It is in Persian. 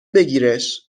بگیرش